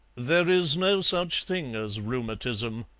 there is no such thing as rheumatism,